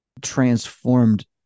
transformed